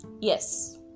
yes